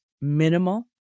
minimal